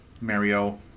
mario